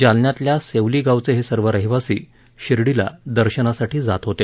जालन्यातल्या सेवली गावचे हे सर्व रहिवासी शिर्डीला दर्शनासाठी जात होते